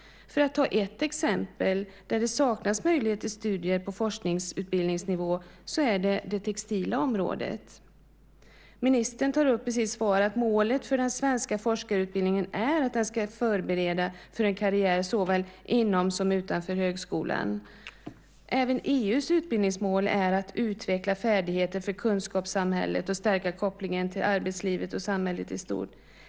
Ett exempel där det saknas möjlighet till studier på forskningsutbildningsnivå är det textila området. Ministern tar i sitt svar upp att målet för den svenska forskarutbildningen är att den ska förbereda för en karriär såväl inom som utanför högskolan. Även EU:s utbildningsmål är att utveckla färdigheter för kunskapssamhället och stärka kopplingen till arbetslivet och samhället i stort.